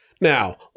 Now